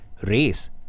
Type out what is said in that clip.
race